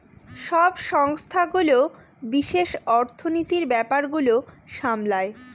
সব সংস্থাগুলো বিশেষ অর্থনীতির ব্যাপার গুলো সামলায়